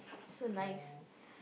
so nice